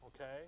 okay